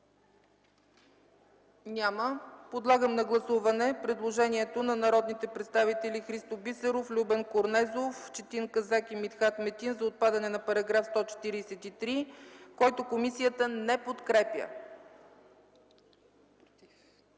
Няма. Подлагам на гласуване предложението на народните представители Христо Бисеров, Любен Корнезов, Четин Казак и Митхат Метин за отпадане на § 143, което предложение комисията не подкрепя.